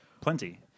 Plenty